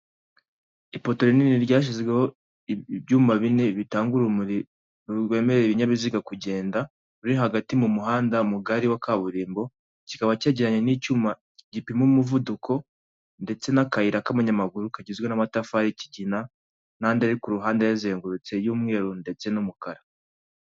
Ipoto rinini ryashyizweho ibyuma bine bitanga urumuri rwemerera ibinyabiziga kugenda, ruri hagati mu muhanda mugari wa kaburimbo, kikaba kegeranya n'icyuma gipima umuvuduko, ndetse n'akayira k'abanyamaguru kagizwe n'amatafari y'ikigina n'andi ari ku ruhande ayazengurutse y'umweru ndetse n'umukara.